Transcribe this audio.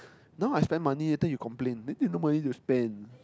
now I spend money later you complain later you no money to spend